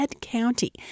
county